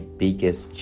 biggest